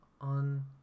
on